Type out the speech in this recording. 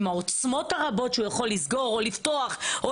עם העוצמות הרבות שהוא יכול לסגור או לפתוח או